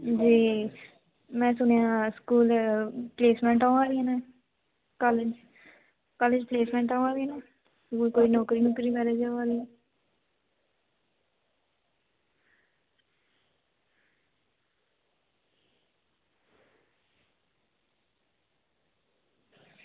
में सुनेआं स्कूल प्लेसमेंटां होआ दियां न कल्ल प्लेसमेंटां होआ दियां न ते जे कोई नौकरी मिली जाह्ग नी